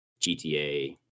GTA